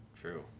True